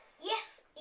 yes